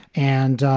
and